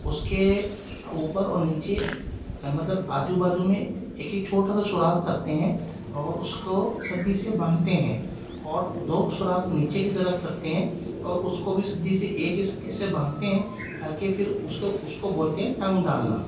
اس کے اوپر اور نیچے مطلب آجو باجو میں ایک ایک چھوٹا سا سوراخ کرتے ہیں اور اس کو سدی سے باندھتے ہیں اور دو سوراخ نیچے کی طرف کرتے ہیں اور اس کو بھی سدی سے ایک ہی سدی سے باندھتے ہیں تاکہ پھر اس کو اس کو بولتے ہیں ٹنگ ڈالنا